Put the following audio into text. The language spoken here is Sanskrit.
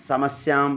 समस्यां